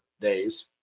days